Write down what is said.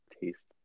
taste